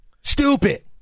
Stupid